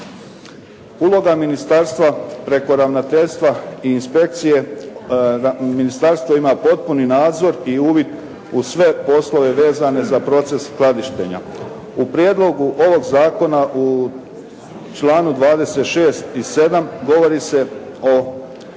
Uloga ministarstva preko ravnateljstva i inspekcije, ministarstvo ima potpuni nadzor i uvid u sve poslove vezane za proces skladištenja. U prijedlogu ovog zakona u članku 26. i sedam govori se o